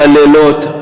בלילות,